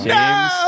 James